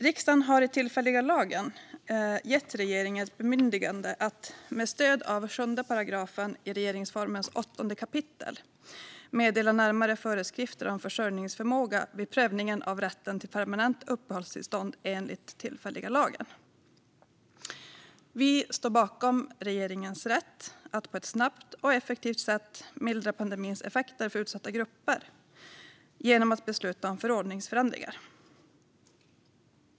Riksdagen har i tillfälliga lagen gett regeringen ett bemyndigande att med stöd av den sjunde paragrafen i regeringsformens åttonde kapitel meddela närmare föreskrifter om försörjningsförmåga vid prövningen av rätten till permanent uppehållstillstånd enligt tillfälliga lagen. Vi står bakom regeringens rätt att på ett snabbt och effektivt sätt mildra pandemins effekter för utsatta grupper genom att besluta om förordningsförändringar.